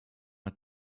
hat